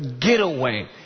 getaway